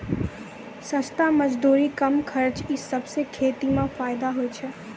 सस्ता मजदूरी, कम खर्च ई सबसें खेती म फैदा होय छै